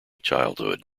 childhood